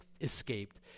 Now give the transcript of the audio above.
escaped